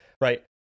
right